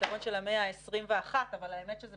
זה הפתרון של המאה ה-21 אבל האמת היא שזה